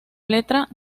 letra